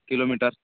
kilometre